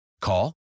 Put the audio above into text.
Call